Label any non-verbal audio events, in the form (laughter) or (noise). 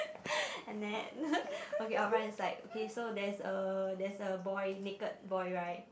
(breath) and then (laughs) okay our right hand side okay so there's there's a boy naked boy right